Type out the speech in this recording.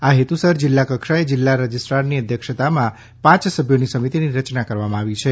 આ હેતુસર જિલ્લા કક્ષાએ જિલ્લા રજિસ્ટ્રારની અધ્યક્ષતામાં પાંચ સભ્યોની સમિતીની રચના કરવામાં આવી છે